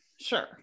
Sure